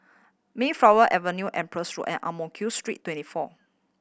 Mayflower Avenue Empress Road and Ang Mo Kio Street Twenty four